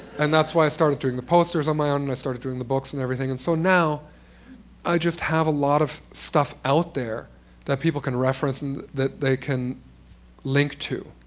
and that's why i started doing the posters on my own, and i started doing the books and everything, and so now i just have a lot of stuff out there that people can reference and that they can link to.